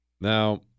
Now